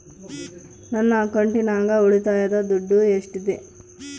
ನನ್ನ ಅಕೌಂಟಿನಾಗ ಉಳಿತಾಯದ ದುಡ್ಡು ಎಷ್ಟಿದೆ?